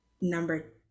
Number